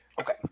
Okay